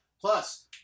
Plus